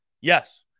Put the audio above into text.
Yes